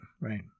Right